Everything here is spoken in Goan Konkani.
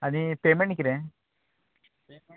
आनी पेमेंट किरें